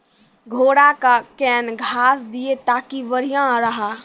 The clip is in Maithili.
घोड़ा का केन घास दिए ताकि बढ़िया रहा?